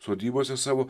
sodybose savo